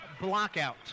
blockout